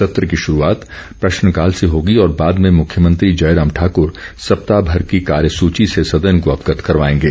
सत्र की शुरूआत प्रश्नकाल से होगी और बाद में मुख्यमंत्री जयराम ठाकूर सप्ताह भर की कार्यसूची से सदन को अवगत करवाएंगे